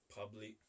public